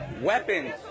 weapons